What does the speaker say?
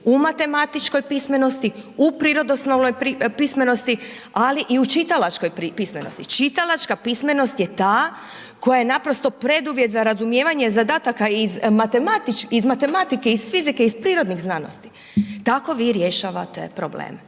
u matematičkoj pismenosti, u prirodoslovnoj pismenosti ali i u čitalačkoj pismenosti. Čitalačka pismenost je ta koja je naprosto preduvjet za razumijevanje zadataka iz matematike, iz fizike, iz prirodnih znanosti. Tako vi rješavate probleme.